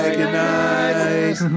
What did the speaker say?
goodnight